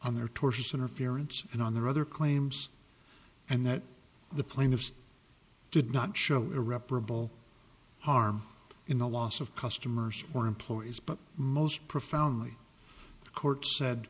on their tortious interference and on the other claims and that the plaintiffs did not show irreparable harm in the loss of customers or employees but most profoundly the court said